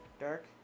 Dark